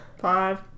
Five